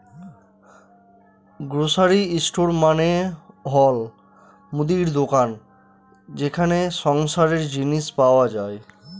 grocery store মানে হল মুদির দোকান যেখানে সংসারের জিনিস পাই